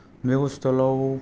बे हस्पितालाव